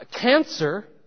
cancer